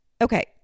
okay